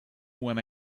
when